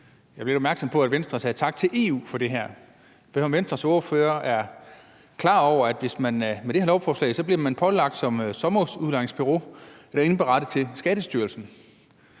jeg blev opmærksom på, at Venstre sagde tak til EU for det her. Men jeg vil høre, om Venstres ordfører er klar over, at med det her lovforslag bliver man som sommerhusudlejningsbureau pålagt at indberette det til Skattestyrelsen.